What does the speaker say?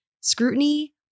scrutiny